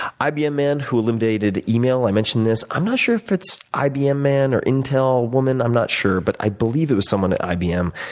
ibm man who eliminated email, i mentioned this, i'm not sure if it's ibm man or intel woman, i'm not sure, but i believe it was someone at ibm.